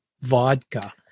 vodka